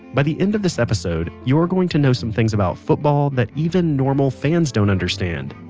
by the end of this episode, you're going to know some things about football that even normal fans don't understand.